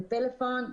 זה פלאפון,